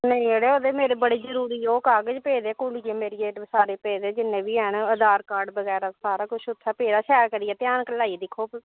नेई अड़ेओ ओहदे च मेरे बडे जरुरी ओह् कागज पेदे है कुडिये मेरी दी सारे पेदे जिने बी हैन आधार कार्ड बगैरा सारा कुछ उत्थै पेदा सैल करियै घ्यान लाइयै दिक्खो हा